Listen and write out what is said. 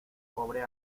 cobre